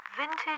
vintage